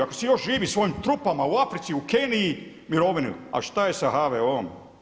Ako su još živi svojim trupama u Africi, u Keniji mirovinu, a šta je sa HVO-om?